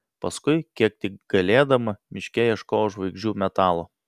paskui kiek tik galėdama miške ieškojau žvaigždžių metalo